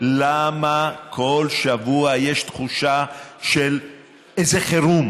למה כל שבוע יש תחושה של איזה חירום.